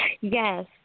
Yes